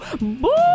Boo